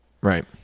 right